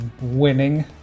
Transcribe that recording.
winning